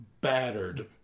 battered